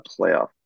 playoff